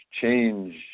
Change